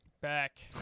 back